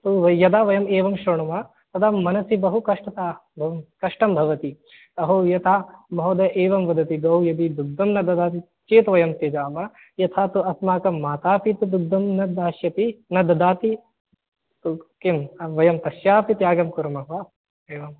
तु यदा वयम् एवं शृणुमः तदा मनसि बहु कष्टं कष्टं भवति अहो यथा महोदयः एवं वदति गौ यदि दुग्धं न ददाति चेत् वयं त्यजामः यथा तु अस्माकं मातापि तु दुग्धं न दास्यति न ददाति तु किं वयं तस्याः अपि त्यागं कुर्मः वा एवम्